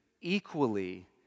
equally